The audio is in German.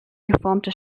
geformte